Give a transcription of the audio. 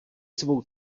svou